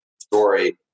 story